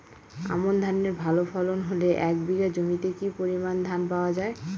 আমন ধানের ভালো ফলন হলে এক বিঘা জমিতে কি পরিমান ধান পাওয়া যায়?